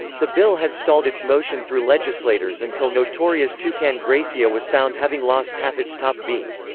the bill had stalled its motion through legislators until notorious toucan grecia was found having lost half its top beak.